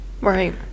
right